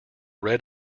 red